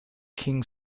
king